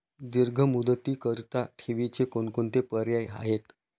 दीर्घ मुदतीकरीता ठेवीचे कोणकोणते पर्याय आहेत?